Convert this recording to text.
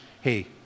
hey